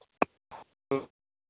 hello